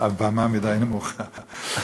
הבמה מדי נמוכה.